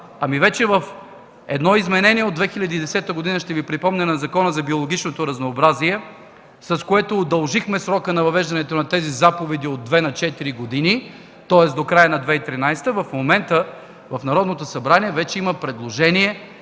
припомня едно изменение от 2010 г. на Закона за биологичното разнообразие, с което удължихме срока на въвеждането на тези заповеди от 2 на 4 години, тоест до края на 2013 г. В момента в Народното събрание вече има предложение